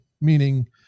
meaning